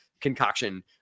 concoction